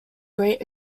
great